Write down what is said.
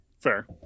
Fair